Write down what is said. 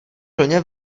plně